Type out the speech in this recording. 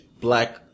black